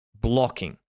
blocking